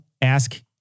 ask